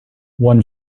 one